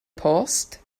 post